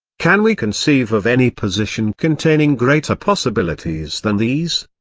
can we conceive of any position containing greater possibilities than these?